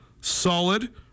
solid